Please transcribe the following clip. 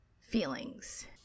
feelings